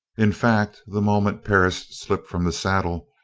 in fact, the moment perris slipped from the saddle,